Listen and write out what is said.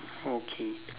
okay